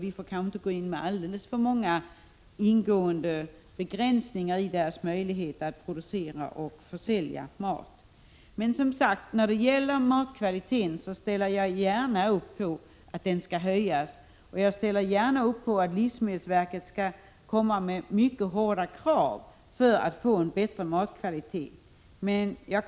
Vi kan därför inte alltför ingående begränsa företagens möjligheter att producera och sälja mat. Men, som sagt, jag ställer gärna upp på att kvaliteten på mat skall höjas, och jag ställer gärna upp på att livsmedelsverket skall ställa mycket hårda krav för att vi skall få en bättre kvalitet på maten.